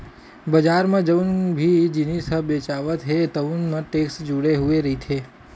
बजार म जउन भी जिनिस ह बेचावत हे तउन म टेक्स जुड़े हुए रहिथे